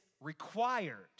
required